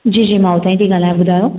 जी जी मां उतां ई थी ॻाल्हायां बुधायो